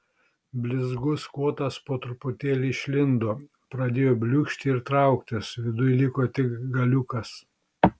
blizgus kotas po truputėlį išlindo pradėjo bliūkšti ir trauktis viduj liko tik galiukas